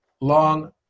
long